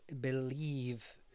believe